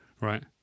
right